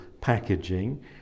packaging